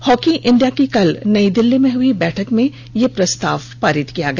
hockey India की कल नई दिल्ली में हई बैठक में प्रस्ताव पारित किया गया